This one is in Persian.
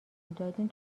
دادیم